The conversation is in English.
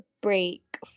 break